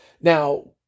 Now